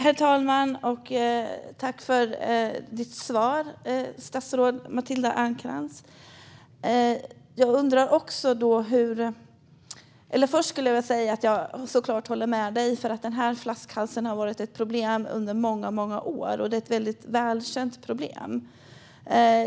Herr talman! Tack för ditt svar, statsrådet Matilda Ernkrans! Först vill jag säga att jag håller med dig. Den här flaskhalsen har varit ett problem under många år. Det är ett väldigt välkänt problem.